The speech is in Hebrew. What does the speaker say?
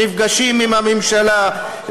נפגשים עם הממשלה,